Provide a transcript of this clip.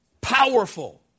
powerful